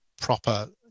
proper